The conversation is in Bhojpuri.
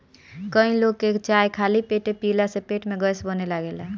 कई लोग के चाय खाली पेटे पियला से पेट में गैस बने लागेला